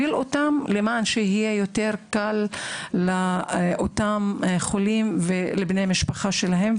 להוביל במטרה להקל על החולים ובני משפחותיהם.